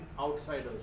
outsiders